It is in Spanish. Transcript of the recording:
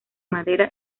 madera